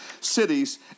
cities